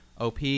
OP